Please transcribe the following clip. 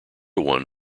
won